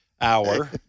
hour